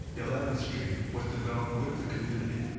eleventh street was developed with the community,